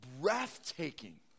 breathtaking